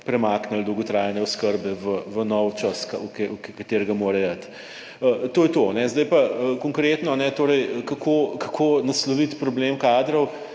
premaknili dolgotrajne oskrbe v nov čas, v katerega mora iti. To je to. Zdaj pa konkretno torej, kako, kako nasloviti problem kadrov.